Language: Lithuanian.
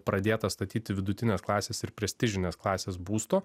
pradėta statyti vidutinės klasės ir prestižinės klasės būstų